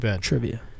Trivia